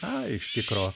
na iš tikro